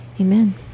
Amen